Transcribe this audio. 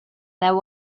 there